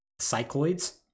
cycloids